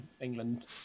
England